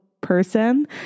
person